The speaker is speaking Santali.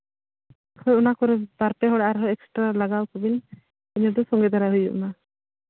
ᱦᱚᱭ ᱚᱱᱟ ᱠᱚᱨᱮ ᱵᱟᱨ ᱯᱮ ᱦᱚᱲ ᱟᱨᱦᱚᱸ ᱮᱠᱥᱴᱨᱟ ᱞᱟᱜᱟᱣ ᱠᱚᱵᱤᱱ ᱤᱱᱟᱹ ᱫᱚ ᱥᱚᱸᱜᱮ ᱫᱷᱟᱨᱟ ᱦᱩᱭᱩᱜ ᱢᱟ